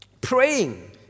praying